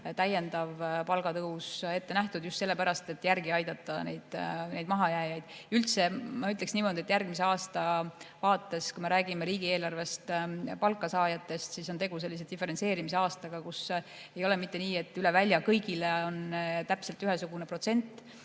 täiendav palgatõus ette nähtud, just sellepärast, et neid mahajääjaid järgi aidata. Üldse ma ütleksin niimoodi, et järgmise aasta vaates, kui me räägime riigieelarvest palka saavatest [inimestest], siis on tegu sellise diferentseerimise aastaga, kus ei ole mitte nii, et üle välja kõigile on täpselt ühesugune [kasvu]protsent,